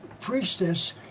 priestess